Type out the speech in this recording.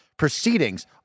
Proceedings